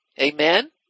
Amen